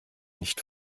nicht